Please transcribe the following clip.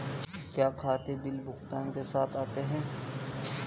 क्या खाते बिल भुगतान के साथ आते हैं?